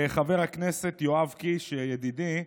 חבר הכנסת יואב קיש, ידידי,